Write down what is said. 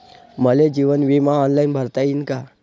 मले जीवन बिमा ऑनलाईन भरता येईन का?